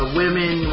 women